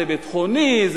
זה ביטחוני,